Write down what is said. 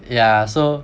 yeah so